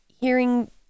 hearing